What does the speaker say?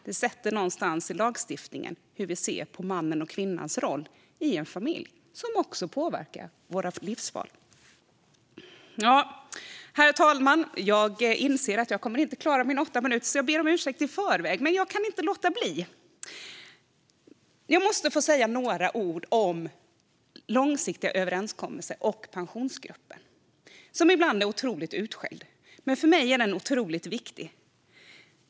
Lagstiftningen visar på något sätt hur vi ser på mannens och kvinnans roll i en familj, vilket också påverkar våra livsval. Herr talman! Jag inser att jag inte kommer att hålla mig till mina åtta minuters anmälda talartid. Jag ber därför om ursäkt i förväg. Jag måste få säga några ord om långsiktiga överenskommelser och Pensionsgruppen, som ibland är otroligt utskälld. Men för mig är Pensionsgruppen otroligt viktig.